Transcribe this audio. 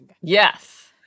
Yes